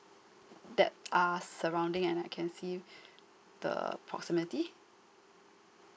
that are surrounding and I can see the proximity